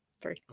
three